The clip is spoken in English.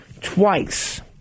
twice